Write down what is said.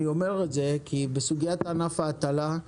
בסוגיית ענף ההטלה,